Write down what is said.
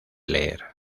leer